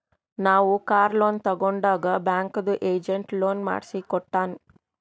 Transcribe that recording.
ನಾವ್ car loan ತಗೊಂಡಾಗ್ ಬ್ಯಾಂಕ್ದು ಏಜೆಂಟ್ ಲೋನ್ ಮಾಡ್ಸಿ ಕೊಟ್ಟಾನ್